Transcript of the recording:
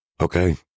Okay